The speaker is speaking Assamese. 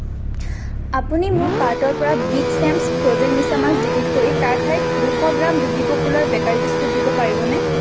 আপুনি মোৰ কাৰ্টৰ পৰা বিগ ছেমছ ফ্ৰ'জেন মিছামাছ ডিলিট কৰি তাৰ ঠাইত দুশ gram BB popular bakery biscuit দিব পাৰিবনে